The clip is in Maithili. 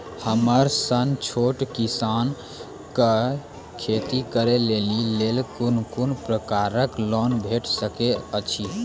हमर सन छोट किसान कअ खेती करै लेली लेल कून कून प्रकारक लोन भेट सकैत अछि?